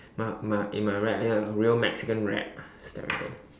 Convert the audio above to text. my my in my wrap ya real Mexican wrap it's terrible